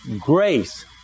Grace